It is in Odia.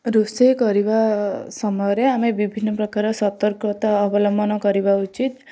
ରୋଷେଇ କରିବା ସମୟରେ ଆମେ ବିଭିନ୍ନ ପ୍ରକାର ସତର୍କତା ଅବଲମ୍ବନ କରିବା ଉଚିତ୍